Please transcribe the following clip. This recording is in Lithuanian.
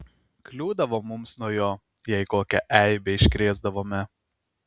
kliūdavo mums nuo jo jei kokią eibę iškrėsdavome